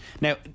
Now